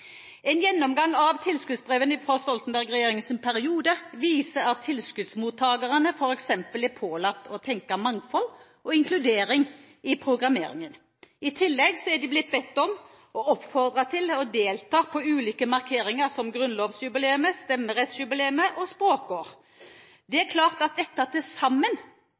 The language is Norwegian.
En gjennomgang av tilskuddsbrevene fra Stoltenberg-regjeringens periode viser at tilskuddsmottakerne f.eks. ble pålagt å tenke mangfold og integrering i programmeringen. I tillegg er de blitt bedt om og oppfordret til å delta på ulike markeringer, som grunnlovsjubileet, stemmerettsjubileet og språkår. Det er klart at dette til sammen